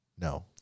No